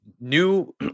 new